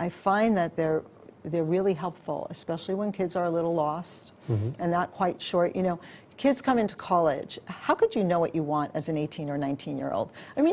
i find that they're they're really helpful especially when kids are a little lost and not quite sure you know kids come into college how could you know what you want as an eighteen or nineteen year old i mean